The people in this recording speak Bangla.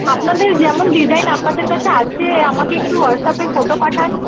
আপনাদের যেমন ডিজাইন আপনাদের কাছে আছে আমাকে একটু হোয়াটসঅ্যাপে ফটো পাঠান